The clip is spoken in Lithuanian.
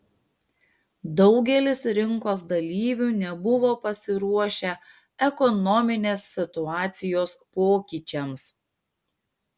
daugelis rinkos dalyvių nebuvo pasiruošę ekonominės situacijos pokyčiams